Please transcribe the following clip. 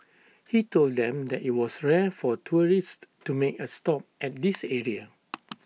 he told them that IT was rare for tourists to make A stop at this area